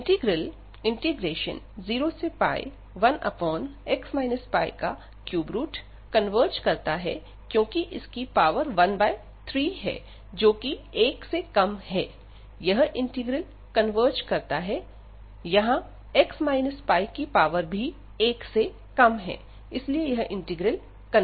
integral 013x πdx converge करता है क्योंकि इसकी पावर 13 है जो कि एक से कम है यह इंटीग्रल कन्वर्ज करता है यहां x πकी पावर भी एक से कम है इसलिए यह इंटीग्रल कन्वर्ज करता है